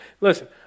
Listen